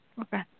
okay